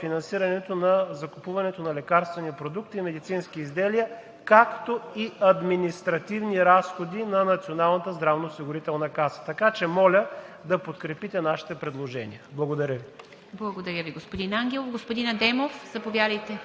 финансирането на закупуване на лекарствени продукти и медицински изделия, както и административни разходи на Националната здравноосигурителна каса. Така че моля да подкрепите нашите предложения. Благодаря Ви. ПРЕДСЕДАТЕЛ ИВА МИТЕВА: Благодаря Ви, господин Ангелов. Господин Адемов, заповядайте.